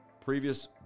Previous